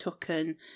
taken